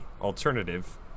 alternative